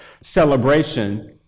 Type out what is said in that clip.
celebration